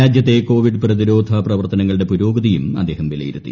രാജ്യത്തെ കോവിഡ് പ്രതിരോധ പ്രവർത്തനങ്ങളുടെ പുരോഗതിയും അദ്ദേഹം വിലയിരുത്തി